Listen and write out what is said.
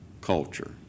culture